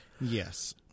yes